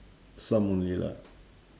some only lah